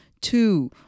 two